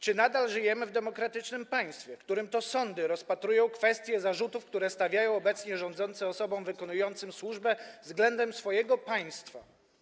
Czy nadal żyjemy w demokratycznym państwie, w którym to sądy rozpatrują kwestie zarzutów, które stawiają obecnie rządzący osobom wykonującym służbę na rzecz swojego państwa?